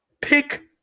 pick